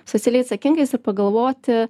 socialiai atsakingais ir pagalvoti